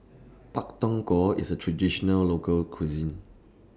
Pak Thong Ko IS A Traditional Local Cuisine